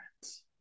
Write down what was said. friends